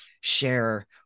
share